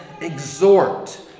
exhort